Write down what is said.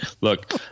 Look